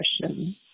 question